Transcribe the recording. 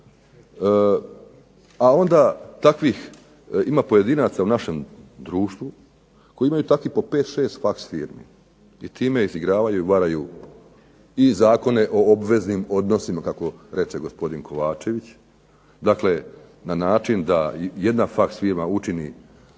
a onda takvih ima pojedinaca u našem društvu koji imaju takvih po 5, 6 faks firmi i time izigravaju i varaju i zakone o obveznim odnosima, kako reče gospodin Kovačević. Dakle, na način da jedna faks firma učini